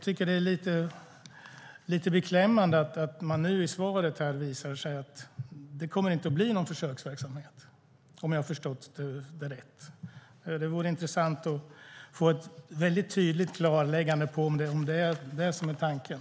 Det är beklämmande att läsa i svaret att det inte kommer att bli någon försöksverksamhet, om jag förstått det rätt. Det vore intressant att få ett väldigt tydligt klarläggande av om det är det som är tanken.